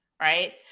Right